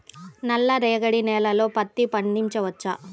నల్ల రేగడి నేలలో పత్తి పండించవచ్చా?